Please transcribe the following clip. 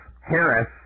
Harris